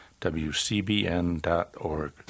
wcbn.org